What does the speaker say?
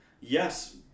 Yes